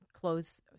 close